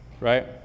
right